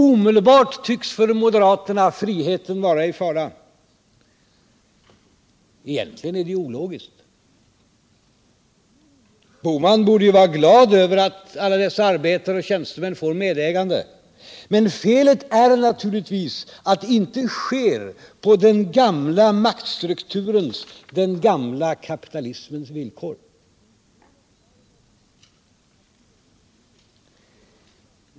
Omedelbart tycks för moderaterna friheten vara i fara. Egentligen är det ologiskt. Herr Bohman borde ju vara glad över att alla dessa arbetare och tjänstemän får medägande. Men felet är naturligtvis att det inte sker på den gamla maktstrukturens, den gamla kapitalismens villkor.